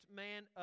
man